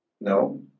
No